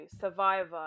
Survivor